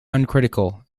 uncritical